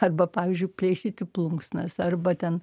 arba pavyzdžiui plėšyti plunksnas arba ten